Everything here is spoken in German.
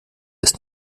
ist